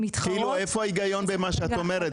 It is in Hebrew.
איפה ההיגיון במה שאת אומרת?